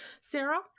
sarah